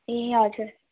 ए हजुर